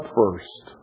first